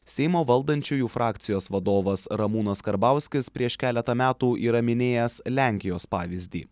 seimo valdančiųjų frakcijos vadovas ramūnas karbauskis prieš keletą metų yra minėjęs lenkijos pavyzdį